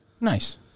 Nice